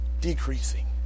decreasing